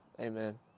Amen